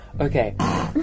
Okay